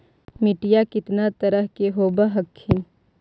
मिट्टीया कितना तरह के होब हखिन?